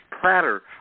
platter